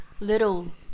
little